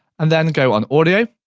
and then go on audio,